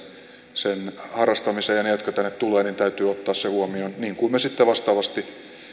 sen harrastamiseen niiden jotka tänne tulevat täytyy ottaa se huomioon niin kuin me sitten vastaavasti